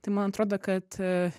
tai man atrodo kad